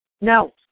No